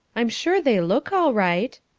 i'm sure they look all right,